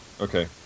Okay